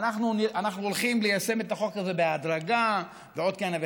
אנחנו הולכים ליישם את החוק הזה בהדרגה ועוד כהנה וכהנה,